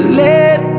let